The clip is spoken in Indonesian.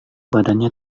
badannya